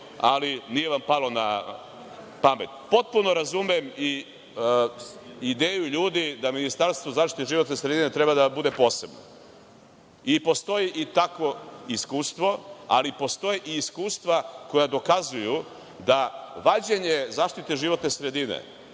ali nije vam palo napamet. Potpuno razumem i ideju ljudi da Ministarstvo za zaštitu životne sredine treba da bude posebno i postoji i takvo iskustvo, ali postoje i iskustva koja dokazuju da vađenje zaštite životne sredine